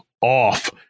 off